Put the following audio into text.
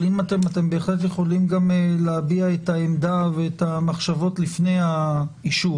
אבל אתם בהחלט יכולים להביע את העמדה ואת המחשבות לפני האישור.